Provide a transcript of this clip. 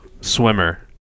swimmer